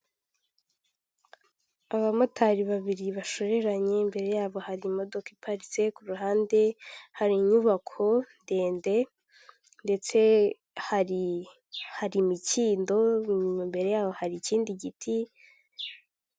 Abamotari babiri bashoreranye imbere yabo hari imodoka iparitse ku ruhande hari inyubako ndende ndetse hari imikindo imbere yabo hari ikindi giti.